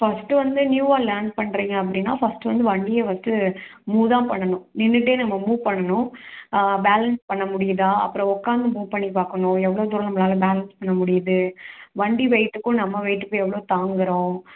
first வந்து நியூவாக learn பண்ணுறீங்க அப்படின்னா ஃபஸ்ட்டு வந்து வண்டியை ஃபஸ்ட்டு மூவ் தான் பண்ணணும் நின்றுட்டே நம்ம மூவ் பண்ணணும் பேலன்ஸ் பண்ண முடியுதா அப்புறம் உக்கார்ந்து மூவ் பண்ணி பார்க்கணும் எவ்வளோ தூரம் நம்மளால் பேலன்ஸ் பண்ண முடியுது வண்டி வெயிட்க்கும் நம்ம வெயிட்டுக்கும் எவ்வளோ தாங்குகிறோம்